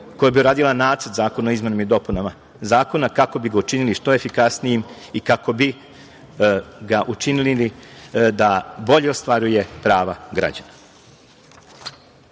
koja bi uradila nacrt zakona o izmenama i dopunama zakona kako bi ga učinili što efikasnijim i kako bi ga učinili da bolje ostvaruje prava